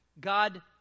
God